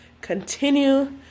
Continue